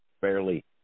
fairly